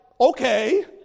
okay